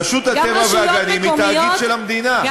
רשות הטבע והגנים היא תאגיד של המדינה.